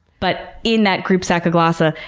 but in that group, sacoglossa,